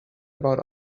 about